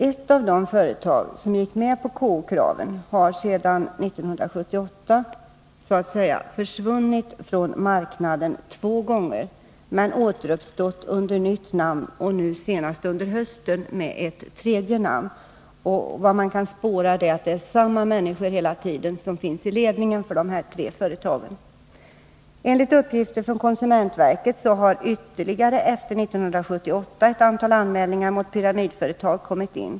Ett av de företag som gick med på KO-kraven har sedan 1978 så att säga ”försvunnit” från marknaden två gånger men återuppstått under nytt namn, nu senast under hösten under ett tredje namn. Samma personer har funnits i ledningen för dessa tre företag. Enligt uppgifter från konsumentverket har efter 1978 ytterligare ett antal anmälningar mot pyramidföretag kommit in.